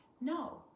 no